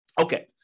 Okay